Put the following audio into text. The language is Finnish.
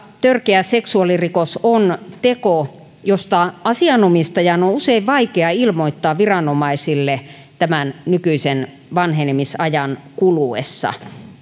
törkeä seksuaalirikos on teko josta asianomistajan on on usein vaikea ilmoittaa viranomaisille tämän nykyisen vanhenemisajan kuluessa